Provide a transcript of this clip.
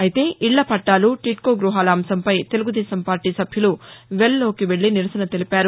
అయితే ఇళ్ల పట్లాలు టిడ్కో గ్బహాల అంశంపై తెలుగుదేశం పార్లీ సభ్యులు వెల్ లోకి వెల్లి నిరసన తెలిపారు